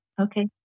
Okay